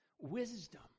wisdom